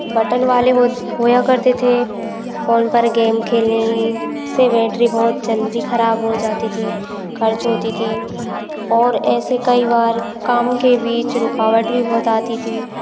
button वाले होत होया करते थे फ़ोन पर गेम खेलें सें बैंट्री बहुत जल्दी खराब हो जाती थी खर्च होती थी और ऐसे कई बार काम के बीच रुकावट भी बहुत आती थी